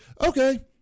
okay